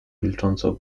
milcząco